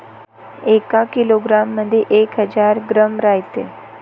एका किलोग्रॅम मंधी एक हजार ग्रॅम रायते